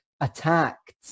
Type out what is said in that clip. attacked